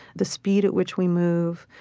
the speed at which we move,